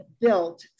built